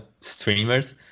streamers